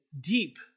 deep